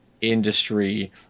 industry